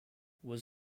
was